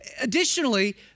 Additionally